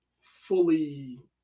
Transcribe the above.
fully